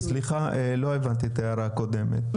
--- סליחה לא הבנתי את ההערה הקודמת,